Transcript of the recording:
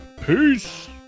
Peace